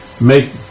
make